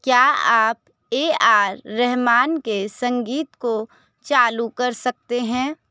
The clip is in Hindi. क्या आप ए आर रहमान के संगीत को चालू कर सकते हैं